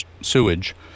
sewage